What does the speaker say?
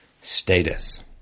status